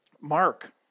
Mark